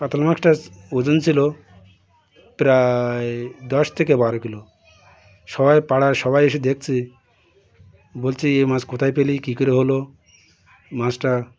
কাতলা মাছটার ওজন ছিল প্রায় দশ থেকে বারো কিলো সবাই পাড়ার সবাই এসে দেখছে বলছে এ মাছ কোথায় পেলি কী করে হল মাছটা